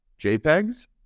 JPEGs